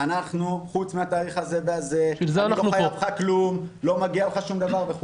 הצעת חוק הביטוח הלאומי (סיווג מבוטחים וקביעת מעבידים) (תיקון